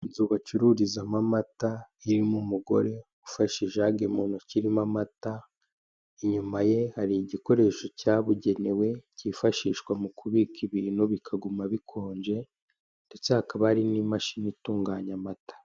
Inzu bacururizamo amata irimo umugore ufashe ijagi mu ntoki irimo amata inyuma ye hari igikoresho cyabugenewe kifashishwa mu kubika ibintu bikaguma bikonje ndetse hakaba hari n'imashini itunganya amata.